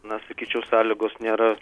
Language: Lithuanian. na sakyčiau sąlygos nėra